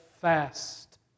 fast